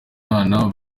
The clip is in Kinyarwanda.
mwana